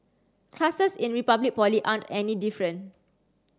classes in Republic Poly aren't any different